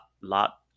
lot